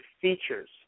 features